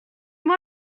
moi